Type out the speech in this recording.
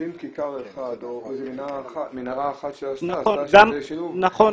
מחליפים כיכר אחת או מנהרה אחת --- גם, נכון.